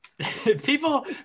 people